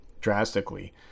drastically